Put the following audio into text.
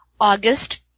August